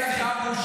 אין לך בושה.